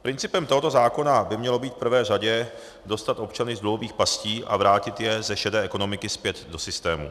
Principem tohoto zákona by mělo být v prvé řadě dostat občany z dluhových pastí a vrátit je ze šedé ekonomiky zpět do systému.